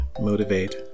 motivate